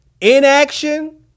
inaction